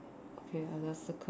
okay I just circle